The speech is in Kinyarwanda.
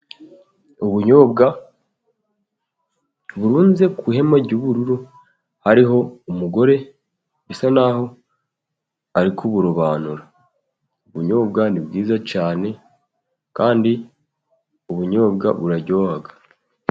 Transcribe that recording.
Ubunyobwa burunze ku ihema ry'ubururu, hariho umugore bisa naho arikuburobanura. Ubunyobwa ni bwiza cyane, kandi ubunyobwa buraryo.